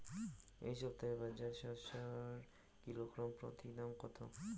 এই সপ্তাহে বাজারে শসার কিলোগ্রাম প্রতি দাম কত?